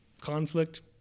conflict